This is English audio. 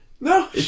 No